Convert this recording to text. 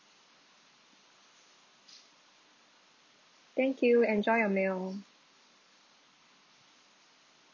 thank you enjoy your meal